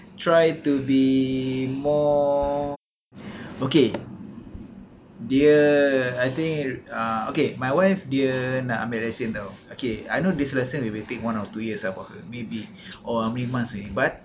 try to be more okay dia I think ah okay my wife dia nak ambil lesen [tau] okay I know this lesson we will take one or two years maybe or months only but